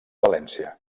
valència